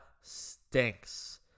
stinks